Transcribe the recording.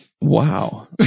Wow